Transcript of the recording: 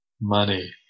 Money